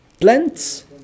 plants